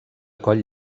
coll